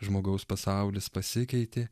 žmogaus pasaulis pasikeitė